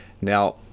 Now